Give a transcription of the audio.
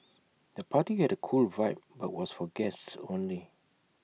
the party had A cool vibe but was for guests only